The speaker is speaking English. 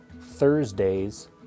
Thursdays